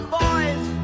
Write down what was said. boys